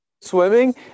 Swimming